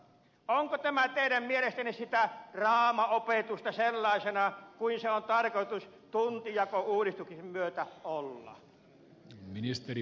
onko tämä teidän mielestänne sitä draamaopetusta sellaisena kuin sen on tarkoitus tuntijakouudistuksen myötä olla